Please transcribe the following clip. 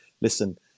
listen